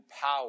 power